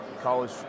college